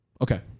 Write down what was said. okay